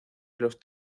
los